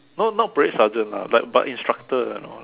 no not parade sergeant lah like but instructor you know